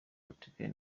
portugal